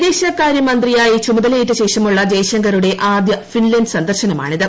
വിദേശകാരൃമന്ത്രിയായിചുമതലയേറ്റശേഷമുള്ളജയശങ്കറുടെആദൃ Finland സന്ദർശനമാണിത്